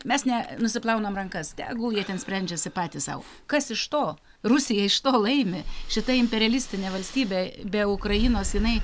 mes ne nusiplaunam rankas tegul jie ten sprendžiasi patys sau kas iš to rusija iš to laimi šita imperialistinė valstybė be ukrainos jinai